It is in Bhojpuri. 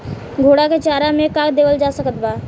घोड़ा के चारा मे का देवल जा सकत बा?